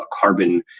carbon